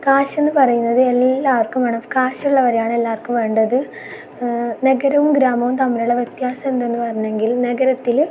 കാശെന്നു പറയുന്നത് എല്ലാവർക്കും വേണം കാശുള്ളവരെയാണ് എല്ലാവർക്കും വേണ്ടത് നഗരവും ഗ്രാമവും തമ്മിലുള്ള വ്യത്യാസം എന്തെന്ന് പറഞ്ഞെങ്കിൽ ൽ നഗരത്തില്